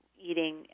eating